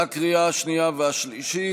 בקריאה השנייה והשלישית.